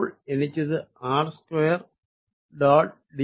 അപ്പോൾ എനിക്കിത് R 2